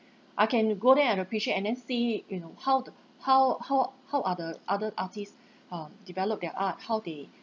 I can go there and appreciate and then see you know how the how how how are the other artists um develop their art how they